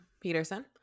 Peterson